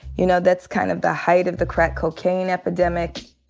you know, that's kind of the height of the crack cocaine epidemic.